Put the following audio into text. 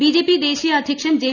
BJP ദേശീയ അദ്ധ്യക്ഷൻ J